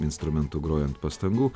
instrumentu grojant pastangų